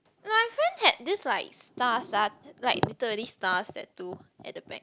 like I feel that this like star star like literally stars tattoo at the back